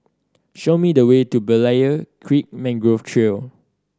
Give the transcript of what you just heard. show me the way to Berlayer Creek Mangrove Trail